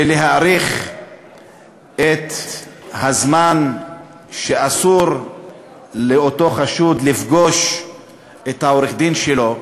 ולהאריך את הזמן שאסור לאותו חשוד לפגוש את עורך-הדין שלו,